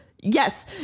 Yes